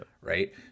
right